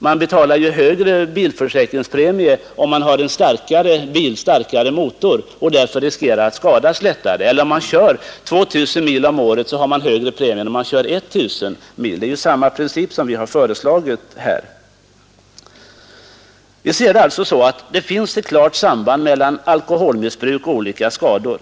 Man betalar ju högre bilförsäkringspremie om man har en starkare motor och därför lättare riskerar skada, Om man kör 2 000 mil har man högre premie än om man kör 1 000 mil — det är samma princip som vi har föreslagit. Vi ser det alltså så att det finns ett klart samband mellan alkoholmissbruk och olika skador.